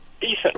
decent